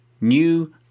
new